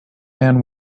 man